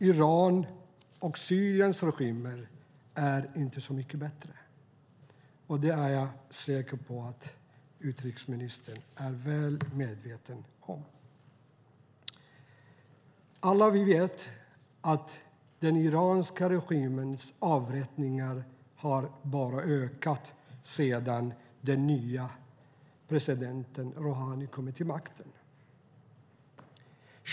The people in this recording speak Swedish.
Irans och Syriens regimer är inte så mycket bättre. Det är jag säker på att utrikesministern är väl medveten om. Alla vet vi att den iranska regimens avrättningar bara har ökat sedan den nya presidenten Rohani kom till makten.